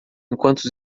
enquanto